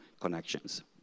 connections